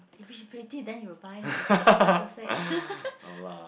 if she pretty then you will buy lah they you want to say